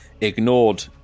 ignored